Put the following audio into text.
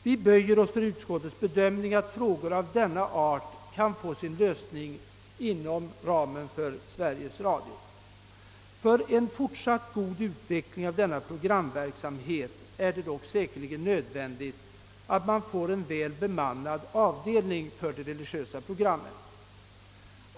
Vi böjer oss emellertid för utskottets be "dömning att frågor av denna art bör få lösas inom företaget. För en fortsatt utveckling av denna programverksamhet är det dock säkerligen nödvändigt att de religiösa programmen omhänderhas av en väl bemannad avdelning.